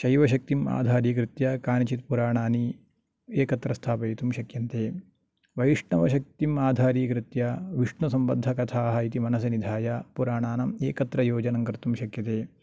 शैवशक्तिम् आधारीकृत्य कानिचित् पुराणानि एकत्र स्थापयितुं शक्यन्ते वैष्णवशक्तिम् आधारीकृत्य विष्णुसम्बन्धकथाः इति मनसिनिधाय पुराणानम् एकत्रयोजनं कर्तुं शक्यते